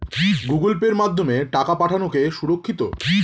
Google পের মাধ্যমে টাকা পাঠানোকে সুরক্ষিত?